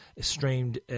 streamed